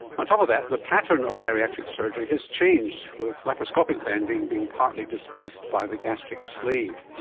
on top of that, the pattern of bariatric surgery has changed, with laparoscopic banding being partly displaced by the gastric sleeve.